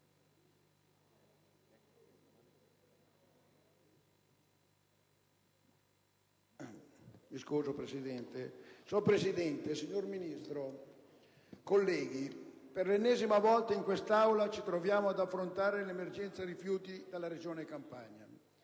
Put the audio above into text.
Signor Presidente, signor Ministro, colleghi, per l'ennesima volta in quest'Aula ci troviamo ad affrontare l'emergenza rifiuti nella Regione Campania.